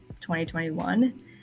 2021